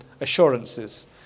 assurances